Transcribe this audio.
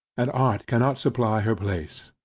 and art cannot supply her place.